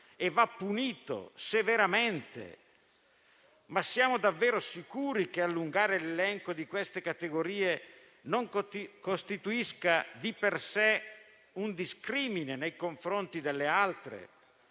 e va punito severamente, ma siamo davvero sicuri che allungare l'elenco di queste categorie non costituisca di per sé un discrimine nei confronti delle altre?